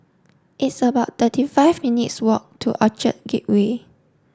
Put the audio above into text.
it's about thirty five minutes' walk to Orchard Gateway